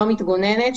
לא מתגוננת,